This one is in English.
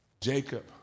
Jacob